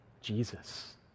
Jesus